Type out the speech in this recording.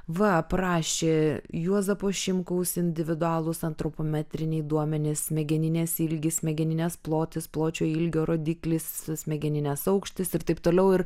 va aprašė juozapo šimkaus individualūs antropometriniai duomenys smegeninės ilgis smegeninės plotis pločio ilgio rodiklis smegeninės aukštis ir taip toliau ir